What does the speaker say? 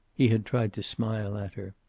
he had tried to smile at her.